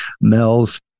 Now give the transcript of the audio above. Mel's